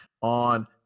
on